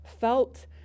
felt